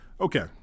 Okay